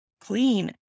clean